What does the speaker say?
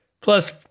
Plus